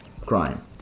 crime